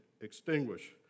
extinguish